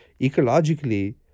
ecologically